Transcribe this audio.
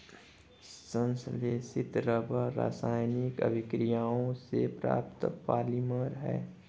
संश्लेषित रबर रासायनिक अभिक्रियाओं से प्राप्त पॉलिमर है